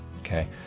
Okay